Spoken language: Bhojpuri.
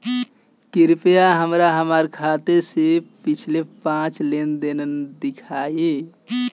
कृपया हमरा हमार खाते से पिछले पांच लेन देन दिखाइ